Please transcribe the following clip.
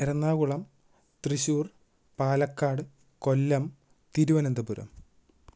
Ernakulam Thrissur Palakkad Kollam Thiruvananthapuram